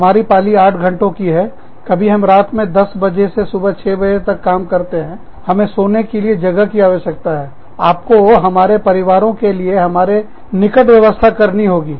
हमारी पाली 8 घंटों की है कभी हम रात के 1000 बजे से सुबह 600 बजे तक काम करते हैं हमें सोने के लिए जगह की आवश्यकता है आपको हमारे परिवारों के लिए हमारे निकट व्यवस्था करनी होगी